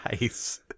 Nice